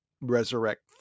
resurrect